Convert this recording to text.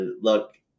look